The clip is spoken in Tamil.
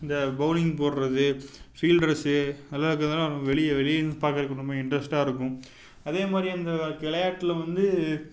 இந்த பவுலிங் போட்றது ஃபீல்ட்ரஸ்ஸு அது எல்லாம் இருக்கிறதனால வெளியே வெளியிருந்து பார்க்குறக்கு ரொம்ப இன்ட்ரெஸ்ட்டாக இருக்கும் அதே மாதிரி அந்த விளையாட்ல வந்து